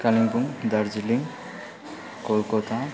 Kalimpong Darjeeling Kolkata